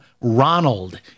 Ronald